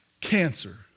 cancer